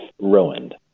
ruined